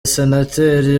senateri